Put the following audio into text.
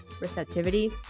receptivity